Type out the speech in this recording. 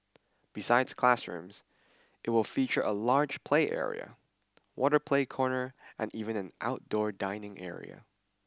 besides classrooms it will feature a large play area water play corner and even an outdoor dining area